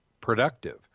productive